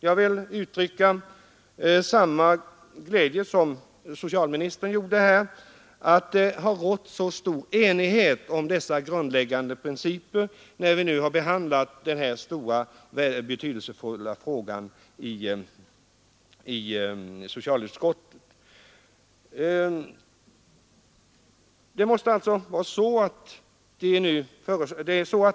Jag vill liksom socialministern uttrycka min glädje över att det rått så stor enighet om dessa grundläggande principer, när vi i socialutskottet har behandlat denna stora och betydelsefulla fråga.